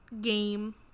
game